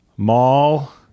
mall